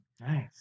Nice